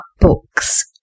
books